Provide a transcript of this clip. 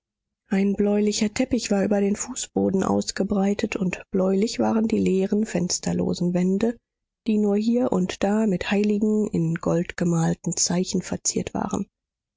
ein bläulicher teppich war über den fußboden ausgebreitet und bläulich waren die leeren fensterlosen wände die nur hier und da mit heiligen in gold gemalten zeichen verziert waren